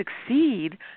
succeed